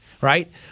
right